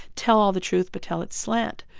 tell all the truth but tell it slant.